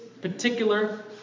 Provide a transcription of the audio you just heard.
particular